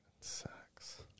Sex